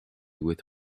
with